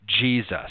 Jesus